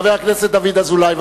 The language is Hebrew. חבר הכנסת דוד אזולאי.